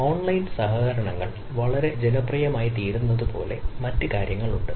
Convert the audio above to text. online സഹകരണങ്ങൾ വളരെ ജനപ്രിയമായിത്തീരുന്നതുപോലുള്ള മറ്റ് കാര്യങ്ങളുണ്ട്